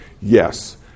yes